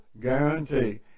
Guarantee